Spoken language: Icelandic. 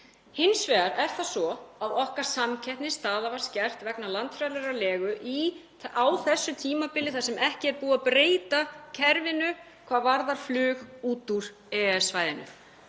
Hins vegar er það svo að samkeppnisstaða okkar var skert vegna landfræðilegrar legu á þessu tímabili þar sem ekki er búið að breyta kerfinu hvað varðar flug út úr EES-svæðinu.